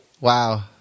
Wow